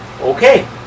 Okay